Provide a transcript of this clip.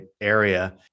area